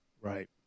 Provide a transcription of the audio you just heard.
right